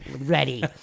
ready